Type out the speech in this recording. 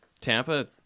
Tampa